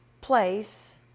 place